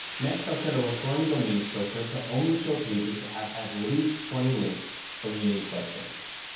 next, i'll set a referring domains filter to only show pages that have at least twenty links from unique websites.